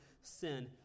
sin